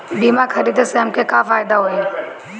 बीमा खरीदे से हमके का फायदा होई?